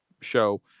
show